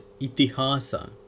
itihasa